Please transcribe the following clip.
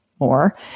more